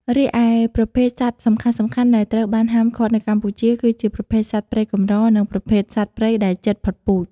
រីឯប្រភេទសត្វសំខាន់ៗដែលត្រូវបានហាមឃាត់នៅកម្ពុជា គឺជាប្រភេទសត្វព្រៃកម្រ និងប្រភេទសត្វព្រៃដែលជិតផុតពូជ។